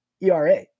ERA